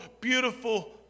beautiful